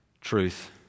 truth